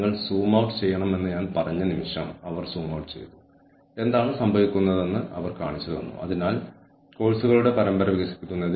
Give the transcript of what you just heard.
നമ്മൾ ബാങ്കിംഗ് ചെയ്യുന്നു അല്ലെങ്കിൽ നമ്മൾ നമ്മളുടെ ജീവനക്കാർ മുന്നോട്ട് കൊണ്ടുവരുന്ന വ്യത്യസ്ത സ്വഭാവങ്ങൾ വ്യത്യസ്ത മനോഭാവങ്ങൾ വ്യത്യസ്തമായ ഇടപെടൽ രീതികൾ വ്യത്യസ്ത സാഹചര്യങ്ങൾ പരമാവധി ഉപയോഗപ്പെടുത്തുന്നു